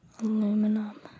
aluminum